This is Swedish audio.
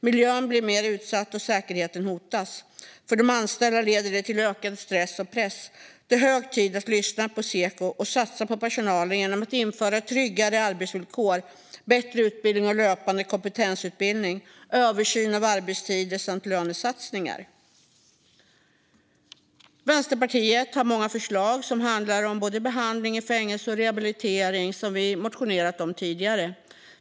Miljön blir mer utsatt, och säkerheten hotas. För de anställda leder det till ökad stress och press. Det är hög tid att lyssna på Seko och att satsa på personalen genom att införa tryggare arbetsvillkor, bättre utbildning och löpande kompetensutbildning och att göra en översyn av arbetstider samt lönesatsningar. Vänsterpartiet har många förslag som handlar om både behandling i fängelse och rehabilitering, som vi motionerat om tidigare.